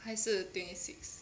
还是 twenty six